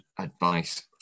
advice